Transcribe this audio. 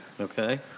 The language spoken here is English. Okay